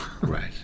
Right